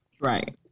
Right